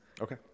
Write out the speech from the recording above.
Okay